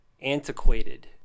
antiquated